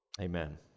Amen